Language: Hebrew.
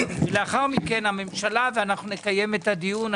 לאחר מכן הממשלה תגיב ונקיים את הדיון.